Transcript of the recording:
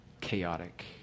chaotic